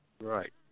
Right